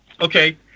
Okay